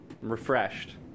refreshed